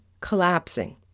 collapsing